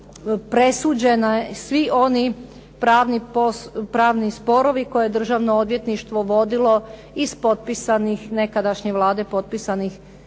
presuđeni svi oni pravni sporovi koje je Državno odvjetništvo vodilo iz potpisanih, nekadašnje Vlade, potpisanih